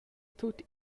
tut